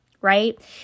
right